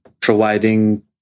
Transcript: providing